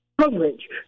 coverage